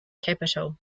capital